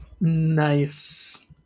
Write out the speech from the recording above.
Nice